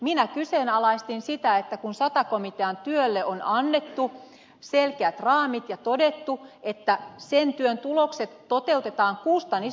minä kyseenalaistin sitä kun sata komitean työlle on annettu selkeät raamit ja todettu että sen työn tulokset toteutetaan kustannusneutraalisti